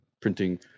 printing